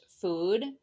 food